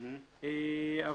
אבל,